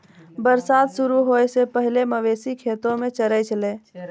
बरसात शुरू होय सें पहिने मवेशी खेतो म चरय छलै